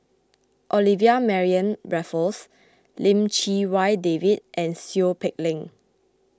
Olivia Mariamne Raffles Lim Chee Wai David and Seow Peck Leng